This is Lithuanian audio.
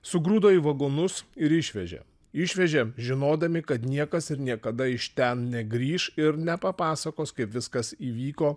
sugrūdo į vagonus ir išvežė išvežė žinodami kad niekas ir niekada iš ten negrįš ir nepapasakos kaip viskas įvyko